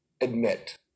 admit